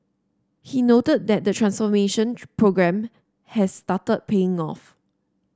he noted that the transformation programme has started paying off